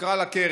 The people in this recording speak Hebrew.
נקרא לה קרן,